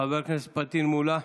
חבר הכנסת פטין מולא,